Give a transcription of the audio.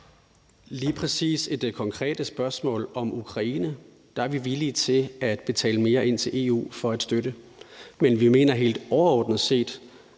Lige præcis i det konkrete spørgsmål om Ukraine er vi villige til at betale mere ind til EU for at støtte, men vi mener helt overordnet set,